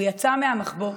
הוא יצא מהמחבוא,